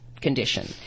condition